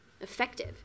effective